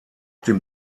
dem